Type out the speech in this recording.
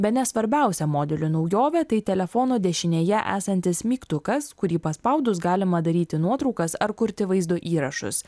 bene svarbiausia modelių naujovė tai telefono dešinėje esantis mygtukas kurį paspaudus galima daryti nuotraukas ar kurti vaizdo įrašus